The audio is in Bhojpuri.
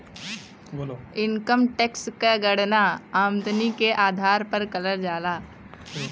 इनकम टैक्स क गणना आमदनी के आधार पर करल जाला